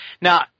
now